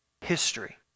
history